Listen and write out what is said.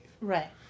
Right